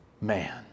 man